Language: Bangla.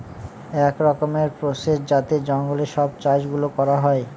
এক রকমের প্রসেস যাতে জঙ্গলে সব চাষ গুলো করা হয়